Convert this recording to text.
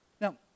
Now